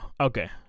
Okay